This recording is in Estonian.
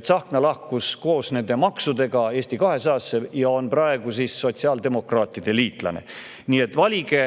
Tsahkna lahkus koos nende maksudega Eesti 200‑sse ja on praegu sotsiaaldemokraatide liitlane. Nii et valige